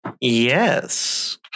Yes